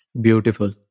Beautiful